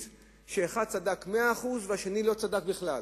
שאחד צדק במאה אחוז והשני לא צדק בכלל,